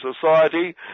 society